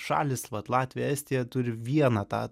šalys vat latvija estija turi vieną tą